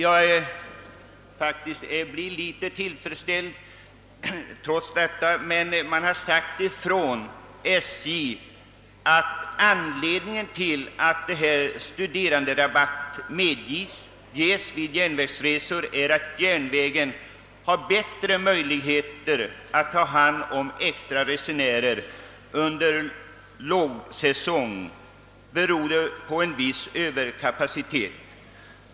SJ har sagt att anledningen till att studeranderabatt medgives vid järnvägsresor är den att järnvägen har bättre möjligheter att ta hand om extra resenärer under lågsäsong beroende på en viss överkapacitet.